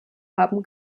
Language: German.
haben